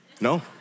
No